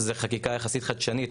זה חקיקה יחסית חדשנית.